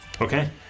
Okay